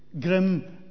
Grim